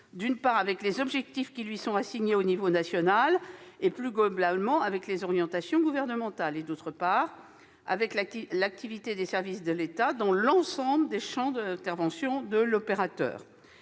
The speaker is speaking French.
d'une part, les objectifs qui lui sont assignés à l'échelon national et, plus globalement, les orientations gouvernementales et, d'autre part, l'activité des services de l'État dans l'ensemble des champs d'intervention de l'opérateur.